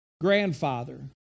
grandfather